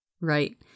Right